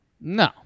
No